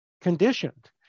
conditioned